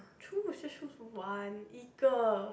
choose just choose one 一个